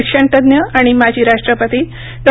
शिक्षणतज्ज्ञ आणि माजी राष्ट्रपती डॉ